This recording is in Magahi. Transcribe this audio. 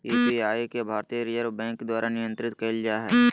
यु.पी.आई के भारतीय रिजर्व बैंक द्वारा नियंत्रित कइल जा हइ